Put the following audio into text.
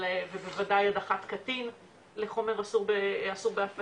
על ההפצה ובוודאי הדחת קטין לחומר אסור בהפצה.